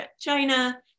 China